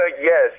Yes